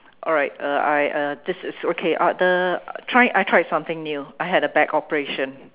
alright uh I uh this is okay uh the try I tried something new I had a back operation